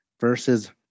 versus